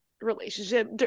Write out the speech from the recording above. relationship